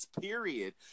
period